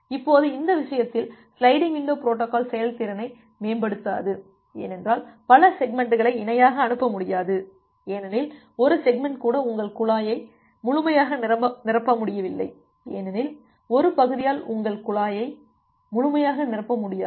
இப்போது இந்த விஷயத்தில் சிலைடிங் விண்டோ பொரோட்டோகால் செயல்திறனை மேம்படுத்தாது ஏனென்றால் பல செக்மெண்ட்களை இணையாக அனுப்ப முடியாது ஏனெனில் ஒரு செக்மண்ட் கூட உங்கள் குழாயை முழுமையாக நிரப்ப முடியவில்லை ஏனெனில் ஒரு பகுதியால் உங்கள் குழாயை முழுமையாக நிரப்ப முடியாது